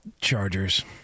Chargers